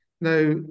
Now